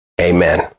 Amen